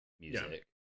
music